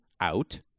out